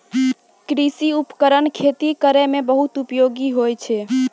कृषि उपकरण खेती करै म बहुत उपयोगी होय छै